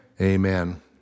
Amen